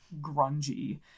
grungy